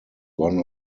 one